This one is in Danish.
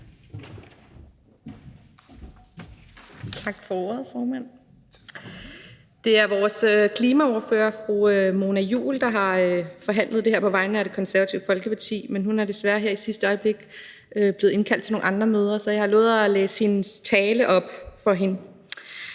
Tak for ordet, formand. Det er vores klimaordfører, fru Mona Juul, der har forhandlet det her på vegne af Det Konservative Folkeparti, men hun er desværre her i sidste øjeblik blevet indkaldt til nogle andre møder, så jeg har lovet at læse hendes tale op for hende.